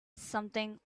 something